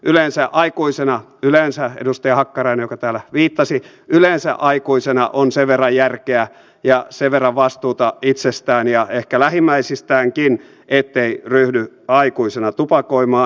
yleensä aikuisena yleensä edustaja hakkarainen joka täällä viittasi on sen verran järkeä ja sen verran vastuuta itsestään ja ehkä lähimmäisistäänkin ettei ryhdy aikuisena tupakoimaan